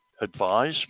advise